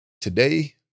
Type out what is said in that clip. Today